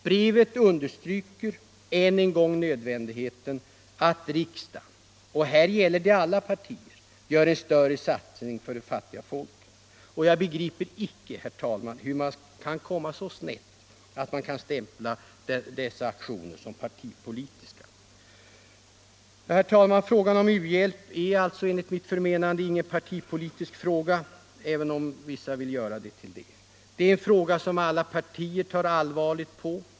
Brevet understryker nödvändigheten av att riksdagen — och här gäller det alla partier — gör en större satsning för de fattiga folken. Jag begriper icke, herr talman, hur man kan komma så snett att man kan stämpla dessa aktioner som partipolitiska. Herr talman! Frågan om u-hjälp är alltså enligt mitt förmenande ingen partipolitisk fråga även om vissa personer vill göra den till det. Det är en fråga som alla partier tar allvarligt på.